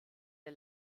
der